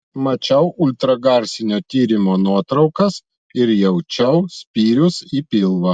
mačiau ultragarsinio tyrimo nuotraukas ir jaučiau spyrius į pilvą